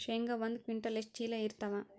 ಶೇಂಗಾ ಒಂದ ಕ್ವಿಂಟಾಲ್ ಎಷ್ಟ ಚೀಲ ಎರತ್ತಾವಾ?